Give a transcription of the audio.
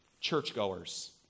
churchgoers